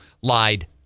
lied